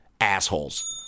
assholes